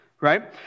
right